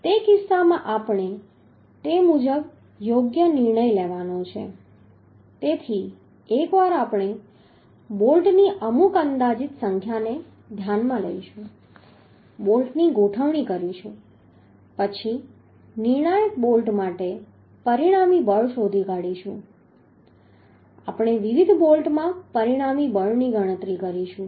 તે કિસ્સામાં આપણે તે મુજબ યોગ્ય નિર્ણય લેવાનો છે તેથી એકવાર આપણે બોલ્ટની અમુક અંદાજિત સંખ્યાને ધ્યાનમાં લઈશું બોલ્ટની ગોઠવણી કરશું પછી નિર્ણાયક બોલ્ટ માટે પરિણામી બળ શોધી કાઢશું આપણે વિવિધ બોલ્ટમાં પરિણામી બળની ગણતરી કરશું